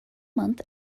month